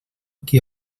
qui